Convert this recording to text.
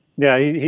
yeah,